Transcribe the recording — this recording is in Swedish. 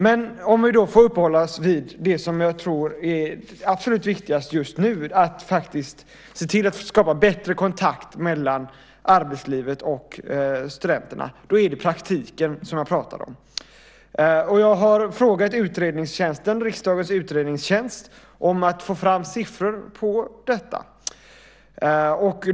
Jag vill sedan uppehålla mig vid det som jag tror är absolut viktigast just nu, nämligen att skapa bättre kontakt mellan arbetslivet och studenterna. Det är praktik jag pratar om. Jag har bett riksdagens utredningstjänst att ta fram siffror på detta.